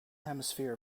hemisphere